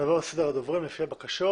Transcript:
נעבור על סדר הדוברים לפי הבקשות,